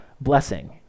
blessing